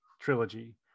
trilogy